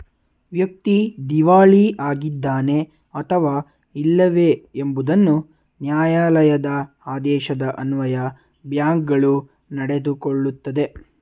ವ್ಯಕ್ತಿ ದಿವಾಳಿ ಆಗಿದ್ದಾನೆ ಅಥವಾ ಇಲ್ಲವೇ ಎಂಬುದನ್ನು ನ್ಯಾಯಾಲಯದ ಆದೇಶದ ಅನ್ವಯ ಬ್ಯಾಂಕ್ಗಳು ನಡೆದುಕೊಳ್ಳುತ್ತದೆ